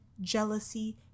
jealousy